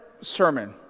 sermon